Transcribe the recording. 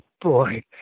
boy